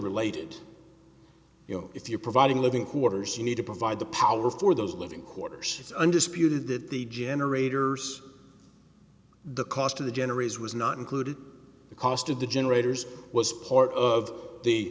related you know if you're providing living quarters you need to provide the power for those living quarters under spewed that the generators the cost of the generous was not included the cost of the generators was part of the